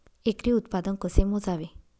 एकरी उत्पादन कसे मोजावे?